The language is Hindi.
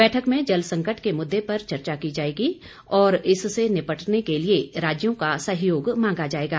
बैठक में जल संकट के मुद्दे पर चर्चा की जाएगी और इससे निपटने के लिए राज्यों का सहयोग मांगा जाएगा